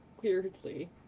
weirdly